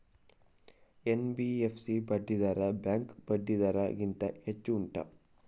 NBFC ಬಡ್ಡಿ ದರ bank ಬಡ್ಡಿ ದರ ಗಿಂತ ಹೆಚ್ಚು ಉಂಟಾ